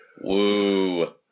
Woo